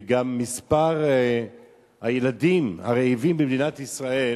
וגם מספר הילדים הרעבים במדינת ישראל